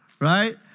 right